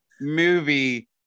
movie